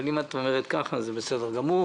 אבל אם את אומרת ככה, אז זה בסדר גמור.